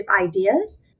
ideas